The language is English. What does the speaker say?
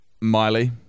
Miley